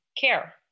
care